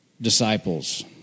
disciples